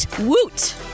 woot